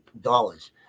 dollars